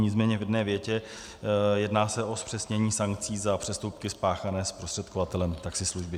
Nicméně v jedné větě, jedná se o zpřesnění sankcí za přestupky spáchané zprostředkovatelem taxislužby.